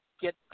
get